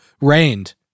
rained